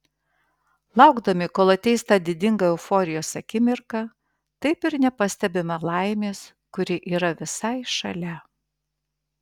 laukdami kol ateis ta didinga euforijos akimirka taip ir nepastebime laimės kuri yra visai šalia